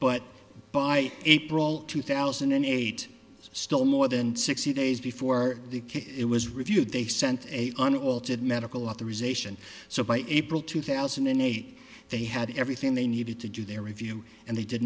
but by april two thousand and eight still more than sixty days before the case it was reviewed they sent a an altered medical authorization so by april two thousand and eight they had everything they needed to do their review and they did